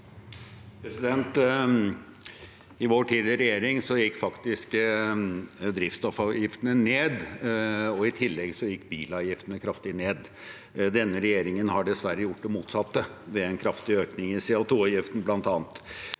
I vår tid i regje- ring gikk drivstoffavgiftene faktisk ned, og i tillegg gikk bilavgiftene kraftig ned. Denne regjeringen har dessverre gjort det motsatte, bl.a. ved en kraftig økning i CO2avgiften. Det